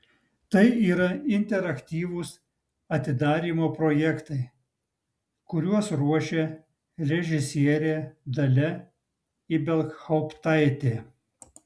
tai yra interaktyvūs atidarymo projektai kuriuos ruošia režisierė dalia ibelhauptaitė